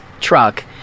truck